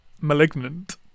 Malignant